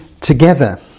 together